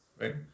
right